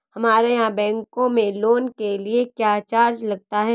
हमारे यहाँ बैंकों में लोन के लिए क्या चार्ज लगता है?